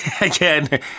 Again